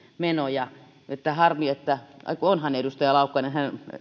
menoja että harmi että ei kun onhan edustaja laukkanen